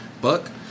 buck